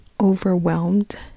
overwhelmed